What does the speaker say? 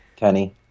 Kenny